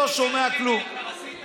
לא שומע כלום,